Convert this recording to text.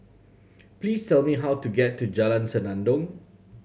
please tell me how to get to Jalan Senandong